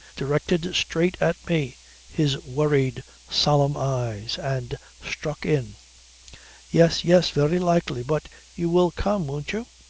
directed straight at me his worried solemn eyes and struck in yes, yes. very likely. but you will come won't you?